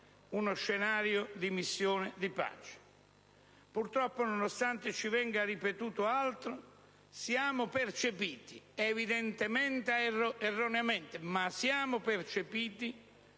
Purtroppo, nonostante ci venga ripetuto altro, siamo percepiti, evidentemente erroneamente, come una forza di